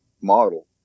model